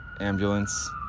ambulance